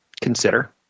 consider